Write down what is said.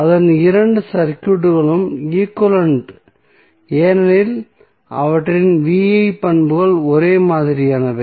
அதன் இரண்டு சர்க்யூட்களும் ஈக்வலன்ட் ஏனெனில் அவற்றின் V I பண்புகள் ஒரே மாதிரியானவை